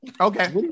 Okay